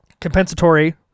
compensatory